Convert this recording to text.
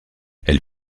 elle